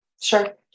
Sure